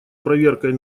проверкой